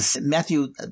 Matthew